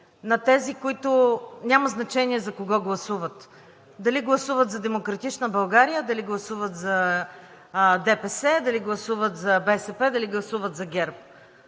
за тези, които няма значение за кого гласуват – дали гласуват за „Демократична България“, дали гласуват за ДПС, дали гласуват за БСП, дали гласуват за ГЕРБ.